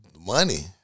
Money